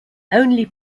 only